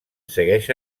segueix